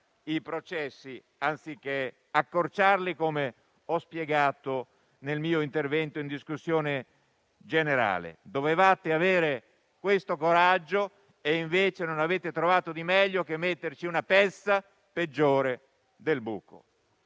i processi, anziché accorciarli, come ho spiegato nel mio intervento in discussione generale. Avreste dovuto avere questo coraggio e invece non avete trovato di meglio che metterci una pezza peggiore del buco.